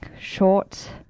short